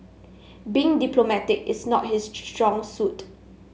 being diplomatic is not his strong suit